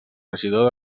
regidor